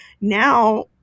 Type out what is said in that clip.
now